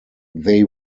they